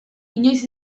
inoiz